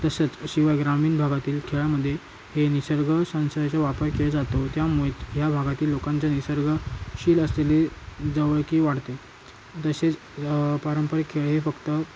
तसंच शिवाय ग्रामीण भागातील खेळामध्ये हे निसर्ग संसदेचा वापर केला जातो त्यामुळे ह्या भागातील लोकांच्या निसर्गशी असलेले जवळीक वाढते तसेच पारंपरिक खेळ हे फक्त